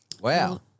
Wow